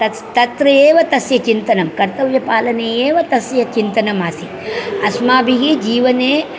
तस्य तत्र एव तस्य चिन्तनं कर्तव्यपालने एव तस्य चिन्तनम् आसीत् अस्माभिः जीवने